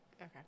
okay